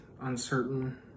uncertain